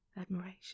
admiration